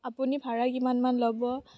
আপুনি ভাড়া কিমানমান ল'ব